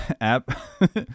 App